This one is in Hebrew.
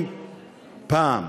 אם פעם